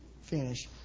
finish